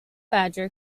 badger